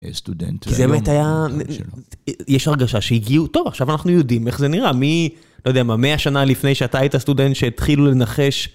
דובר א': סטודנט, דובר ב': זה מתאר..., יש הרגשה שהגיעו, טוב עכשיו אנחנו יודעים איך זה נראה, מ..., לא יודע מה, מאה שנה לפני שאתה היית סטודנט שהתחילו לנחש.